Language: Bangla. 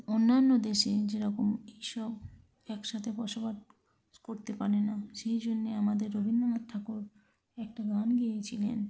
অন্যান্য দেশে যেরকম এই সব একসাথে বসবাস করতে পারে না সেই জন্য আমাদের রবীন্দ্রনাথ ঠাকুর একটা গান গেয়েছিলেন